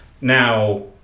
Now